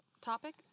topic